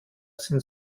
sind